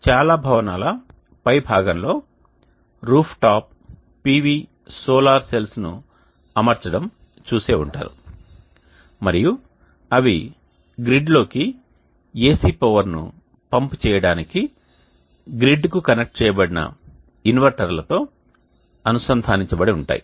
మీరు చాలా భవనాల పైభాగంలో రూఫ్టాప్ PV సోలార్ సెల్స్ను అమర్చడం చూసి ఉంటారు మరియు అవి గ్రిడ్లోకి AC పవర్ను పంప్ చేయడానికి గ్రిడ్కు కనెక్ట్ చేయబడిన ఇన్వర్టర్లతో అనుసంధానించబడి ఉంటాయి